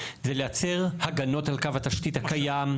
זה לייצר הגנות על קו התשתית הקיים.